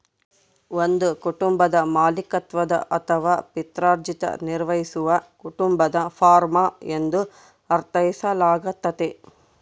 ಒಂದು ಕುಟುಂಬದ ಮಾಲೀಕತ್ವದ ಅಥವಾ ಪಿತ್ರಾರ್ಜಿತ ನಿರ್ವಹಿಸುವ ಕುಟುಂಬದ ಫಾರ್ಮ ಎಂದು ಅರ್ಥೈಸಲಾಗ್ತತೆ